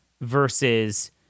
versus